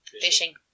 Fishing